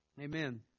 Amen